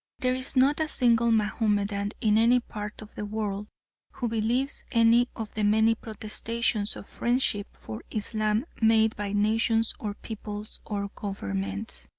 there is not a single mahomedan in any part of the world who believes any of the many protestations of friendship for islam made by nations or peoples or governments.